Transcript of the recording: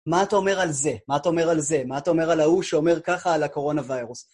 מה אתה אומר על זה? מה אתה אומר על זה? מה אתה אומר על ההוא שאומר ככה על הקורונה וירוס?